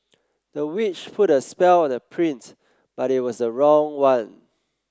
the witch put a spell on the prince but it was the wrong one